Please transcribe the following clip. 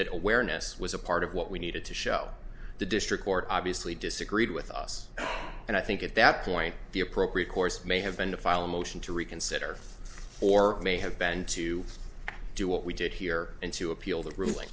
that awareness was a part of what we needed to show the district court obviously disagreed with us and i think at that point the appropriate course may have been to file a motion to reconsider or may have been to do what we did here and to appeal